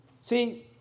See